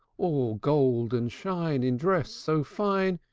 all gold and shine, in dress so fine,